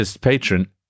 patron